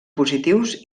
positius